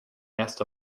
nest